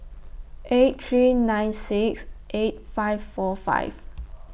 eight three nine six eight five four five